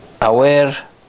aware